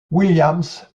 williams